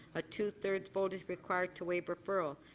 a two-thirds vote is required to waive referral.